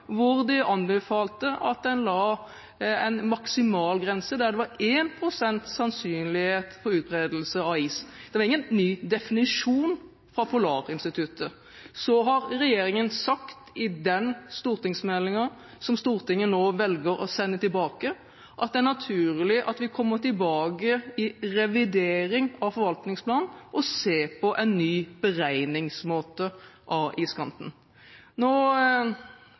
hvor de anbefalte at en la en maksimalgrense der det var 1 pst. sannsynlighet for utbredelse av is. Det var ingen ny definisjon fra Polarinstituttet. Så har regjeringen sagt i den stortingsmeldingen som Stortinget nå velger å sende tilbake, at det er naturlig at vi kommer tilbake i revidering av forvaltningsplanen og ser på en ny beregningsmåte av iskanten. Nå